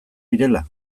direla